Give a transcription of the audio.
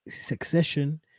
Succession